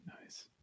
Nice